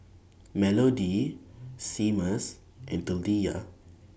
Melodie Seamus and Taliyah